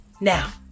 Now